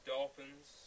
Dolphins